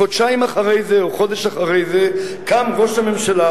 חודשיים אחרי זה או חודש אחרי זה קם ראש הממשלה,